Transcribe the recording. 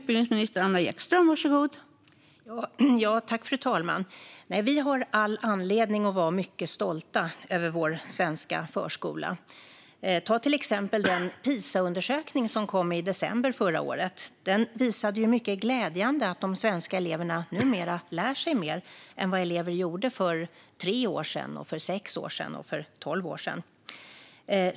Fru talman! Vi har all anledning att vara mycket stolta över vår svenska förskola. Ta till exempel den PISA-undersökning som kom i december förra året! Den visade mycket glädjande att de svenska eleverna numera lär sig mer än vad elever gjorde för tre år sedan, för sex år sedan och för tolv år sedan.